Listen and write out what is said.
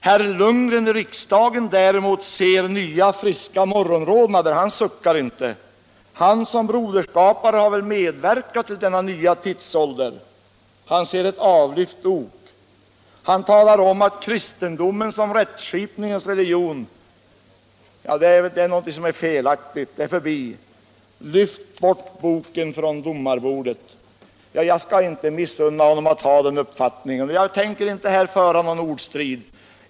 Herr Lundgren i riksdagen däremot ser nya friska morgonrodnader, han suckar inte. Han som broderskapare har väl medverkat till denna nya tidsålder. Han ser ett avlyft ok. Han talar om att kristendomen som rättsskipningens religion är någonting felaktigt, någonting som är förbi. Lyft bort oken från domarbordet! Jag skall inte missunna honom att ha den uppfattningen. Jag tänker inte här föra någon ordstrid.